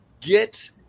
Get